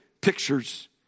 pictures